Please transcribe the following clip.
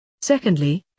Secondly